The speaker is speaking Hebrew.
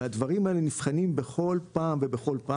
והדברים האלה נבחנים בכל פעם.